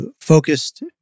focused